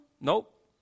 Nope